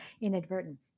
inadvertent